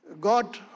God